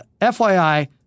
FYI